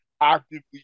actively